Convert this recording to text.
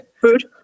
food